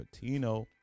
Patino